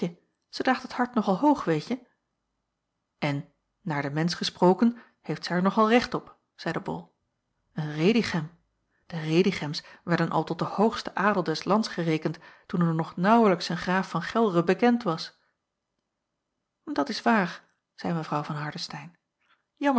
zij draagt het hart nog al hoog weetje en naar den mensch gesproken heeft zij er nog al recht op zeide bol een redichem de redichems werden al tot den hoogsten adel des lands gerekend toen er nog naauwlijks een graaf van gelre bekend was dat is waar zeî mevrouw van